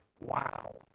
Wow